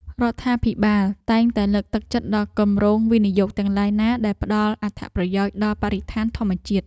រដ្ឋាភិបាលតែងតែលើកទឹកចិត្តដល់គម្រោងវិនិយោគទាំងឡាយណាដែលផ្តល់អត្ថប្រយោជន៍ដល់បរិស្ថានធម្មជាតិ។